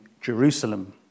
Jerusalem